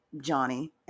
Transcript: Johnny